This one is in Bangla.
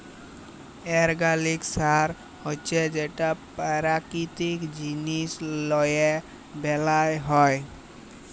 অর্গ্যালিক সার হছে যেট পেরাকিতিক জিনিস লিঁয়ে বেলাল হ্যয়